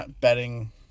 betting